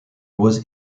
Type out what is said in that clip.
was